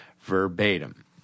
verbatim